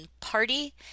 party